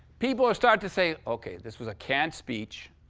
people will start to say, okay, this was a canned speech.